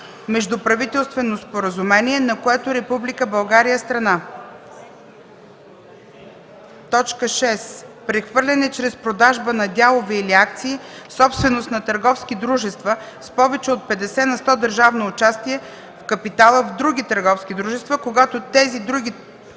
междуправителствено споразумение, по което Република България е страна; 6. прехвърляне чрез продажба на дялове или акции – собственост на търговски дружества с повече от 50 на сто държавно участие в капитала в други търговски дружества, когато тези други